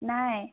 নাই